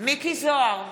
מכלוף מיקי זוהר,